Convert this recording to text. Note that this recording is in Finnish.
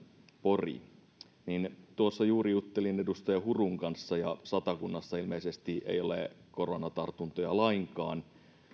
pori kun tuossa juuri juttelin edustaja hurun kanssa niin satakunnassa ilmeisesti ei ole koronatartuntoja lainkaan ja